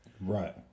right